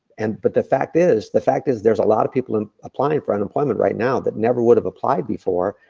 and but the fact is, the fact is there's a lot of people and applying for unemployment right now that never would've applied before.